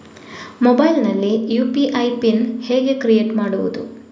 Mobile ನಲ್ಲಿ UPI PIN ಹೇಗೆ create ಮಾಡುವುದು?